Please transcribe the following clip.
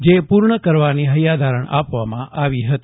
જે પૂર્ણ કરવાની હેયાધારણ આપવામાં આવી હતી